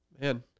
Man